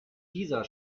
dieser